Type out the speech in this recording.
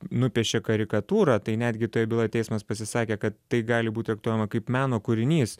nupiešė karikatūrą tai netgi toj byloj teismas pasisakė kad tai gali būt traktuojama kaip meno kūrinys